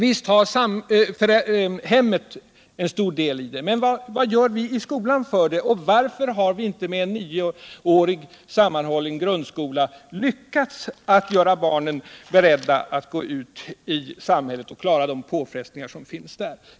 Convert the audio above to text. Visst har hemmet stor del i det, men varför har vi inte med nioårig sammanhållen grundskola lyckats göra barnen beredda att gå ut i samhället och klara de påfrestningar som där möter dem?